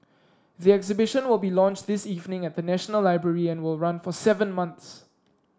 the exhibition will be launched this evening at the National Library and will run for seven months